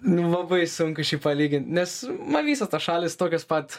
nu labai sunku šiaip palygint nes man visos tos šalys tokios pat